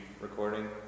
Recording